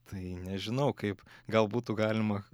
tai nežinau kaip gal būtų galima